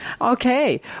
Okay